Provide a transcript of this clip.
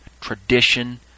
tradition